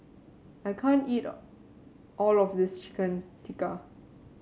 I can't eat all of this Chicken Tikka